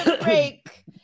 break